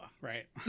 right